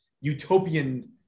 utopian